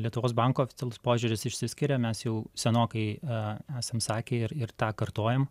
lietuvos banko oficialus požiūris išsiskiria mes jau senokai esam sakę ir ir tą kartojam